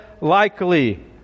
likely